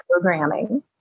programming